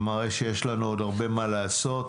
מראה שיש לנו עוד הרבה מה לעשות,